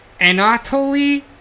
Anatoly